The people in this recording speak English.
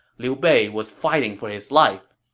liu bei was fighting for his life.